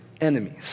enemies